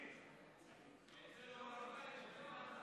אנחנו עוברים לנושא הבא על סדר-היום,